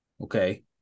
Okay